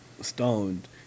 stoned